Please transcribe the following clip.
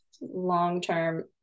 long-term